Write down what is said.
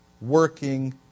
working